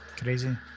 Crazy